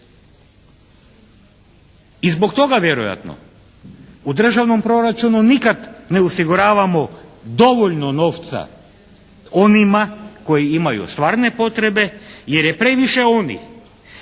I zbog toga vjerojatno u državnom proračunu nikad ne osiguravamo dovoljno novca onima koji imaju stvarne potrebe, jer je previše onih,